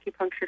acupuncture